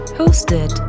hosted